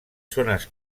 zones